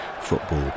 football